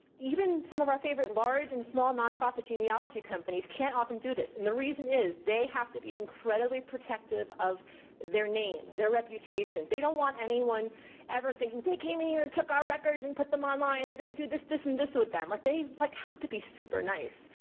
even some of our favorite large and small non-profit genealogy companies can't often do this and the reason is they have to be incredibly protective of their name, their reputation. they don't want anyone ever thinking, they came in here took our records, and put them online. they're gonna do this, this, and this with them. like they like have to be super nice.